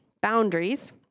boundaries